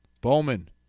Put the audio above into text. Bowman